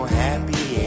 happy